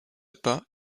pas